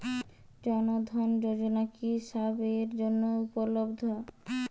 জন ধন যোজনা কি সবায়ের জন্য উপলব্ধ?